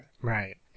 Right